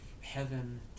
heaven